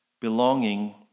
belonging